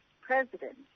president